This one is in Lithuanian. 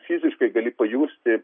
fiziškai gali pajusti